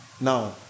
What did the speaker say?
Now